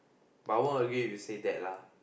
but I won't agree if you say that lah